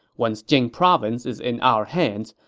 once jing province is in our hands,